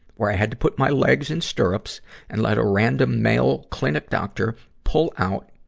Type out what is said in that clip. where i had to put my legs in stirrups and let a random male clinic doctor pull out